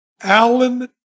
Alan